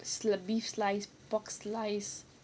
sli~ beef slice pork slice